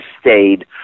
stayed